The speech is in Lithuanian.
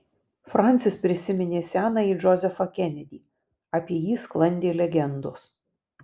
fransis prisiminė senąjį džozefą kenedį apie jį sklandė legendos